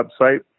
website